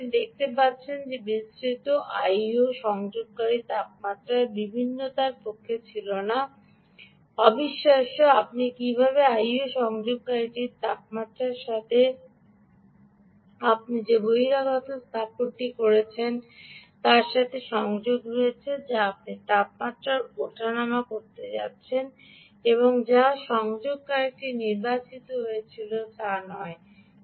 সুতরাং আপনি দেখতে পান যে বিস্তৃত I O সংযোগকারী তাপমাত্রার বিভিন্নতার পক্ষে ছিল না অবিশ্বাস্য আপনি কীভাবে I O সংযোগকারীটির তাপমাত্রার সাথে আপনি যে বহিরাগত স্থাপনাটি করছেন তার সাথে সংযোগ রয়েছে যা আপনি তাপমাত্রার ওঠানাময় করতে যাচ্ছেন যা সংযোগকারীটি নির্বাচিত হয়েছিল তা নয়